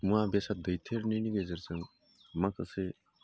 मुवा बेसाद दैथायहरनायनि गेजेरजों माखासे